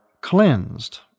cleansed